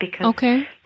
Okay